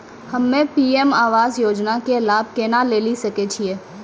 हम्मे पी.एम आवास योजना के लाभ केना लेली सकै छियै?